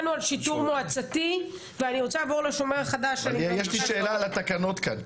לי שאלה על התקנות כאן.